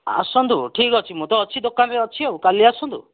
ଆସନ୍ତୁ ଠିକ୍ ଅଛି ମୁଁ ତ ଅଛି ଦୋକାନରେ ଅଛି ଆଉ କାଲି ଆସନ୍ତୁ